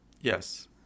Yes